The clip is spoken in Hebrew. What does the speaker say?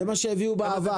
זה מה שהביאו בעבר,